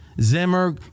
Zimmer